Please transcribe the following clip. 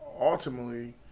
Ultimately